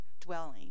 dwelling